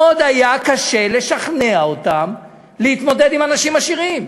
מאוד היה קשה לשכנע אותם להתמודד עם אנשים עשירים.